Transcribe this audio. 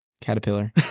caterpillar